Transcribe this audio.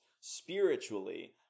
spiritually